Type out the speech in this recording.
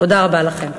תודה רבה לכם.